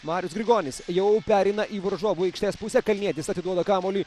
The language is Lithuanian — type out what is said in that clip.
marius grigonis jau pereina į varžovų aikštės pusę kalnietis atiduoda kamuolį